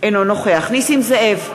אינו נוכח נסים זאב,